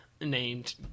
named